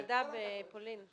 אני במשלחת של הוועדה בפולין.